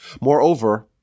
Moreover